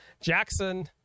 Jackson